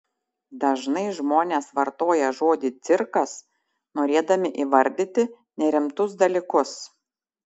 dažnai žmonės vartoja žodį cirkas norėdami įvardyti nerimtus dalykus